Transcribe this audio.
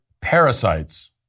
parasites